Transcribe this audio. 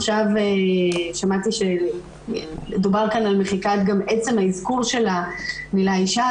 עכשיו שמעתי שדובר כאן על מחיקת עם אזכור המילה אישה.